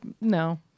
no